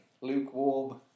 Lukewarm